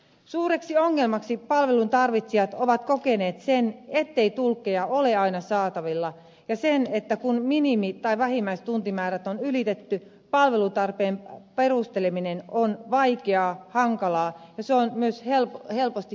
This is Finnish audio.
suureksi ongelmaksi palveluntarvitsijat ovat kokeneet sen ettei tulkkeja ole aina saatavilla ja sen että kun minimi tai vähimmäistuntimäärät on ylitetty palvelutarpeen perusteleminen on vaikeaa hankalaa ja se on myös helposti kyseenalaistettavissa